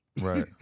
Right